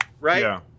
right